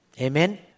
Amen